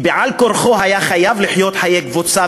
כי בעל כורחו הוא היה חייב לחיות חיי קבוצה